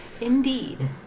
Indeed